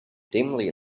dimly